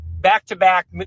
back-to-back